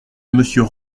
monsieur